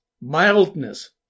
mildness